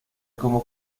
como